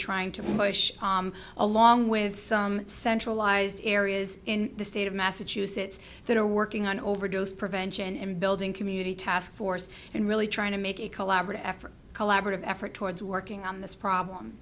trying to push along with some centralized areas in the state of massachusetts that are working on overdose prevention and building community taskforce and really trying to make a collaborative effort collaborative effort towards working on this problem